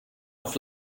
auf